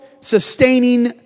sustaining